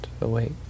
awake